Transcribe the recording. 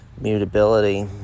mutability